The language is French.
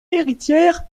héritière